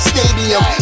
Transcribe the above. Stadium